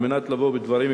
על מנת לבוא בדברים,